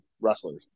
wrestlers